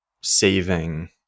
saving